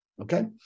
Okay